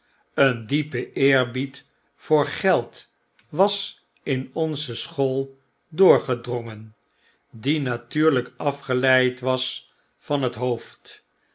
een diepe eerbied voor geld was in onze school doorgedrongen die natuurlijk afgeleid was van het hoofd